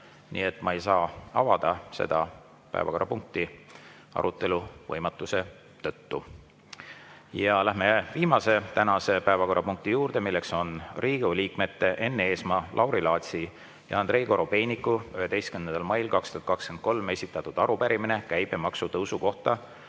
nii et ma ei saa avada seda päevakorrapunkti arutelu võimatuse tõttu. Läheme tänase viimase päevakorrapunkti juurde. See on Riigikogu liikmete Enn Eesmaa, Lauri Laatsi ja Andrei Korobeiniku 11. mail 2023 esitatud arupärimine käibemaksu tõusu kohta